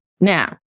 Now